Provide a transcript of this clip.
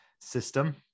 system